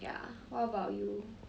ya what about you